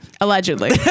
allegedly